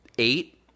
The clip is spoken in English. Eight